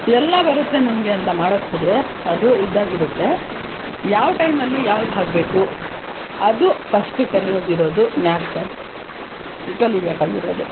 ಎಲ್ಲ ಬರುತ್ತೆ ನಮಗೆ ಅಂತ ಮಾಡಕ್ಕೆ ಹೋದರೆ ಅದು ಇದಾಗಿ ಬಿಡುತ್ತೆ ಯಾವ ಟೈಮಲ್ಲಿ ಯಾವ್ದು ಹಾಕಬೇಕು ಅದು ಫಸ್ಟ್ ಕಲಿಯೋದು ಇರೋದು ನ್ಯಾಕ್ ಅದು ಕಲಿಬೇಕಾಗಿರೋದು